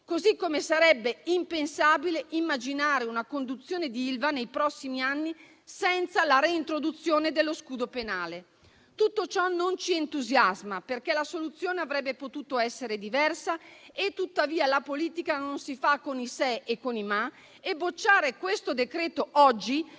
Ugualmente, sarebbe impensabile immaginare una conduzione dell'Ilva nei prossimi anni senza la reintroduzione dello scudo penale. Tutto ciò non ci entusiasma, perché la soluzione avrebbe potuto essere diversa. Tuttavia, la politica non si fa con i se e con i ma e bocciare questo decreto oggi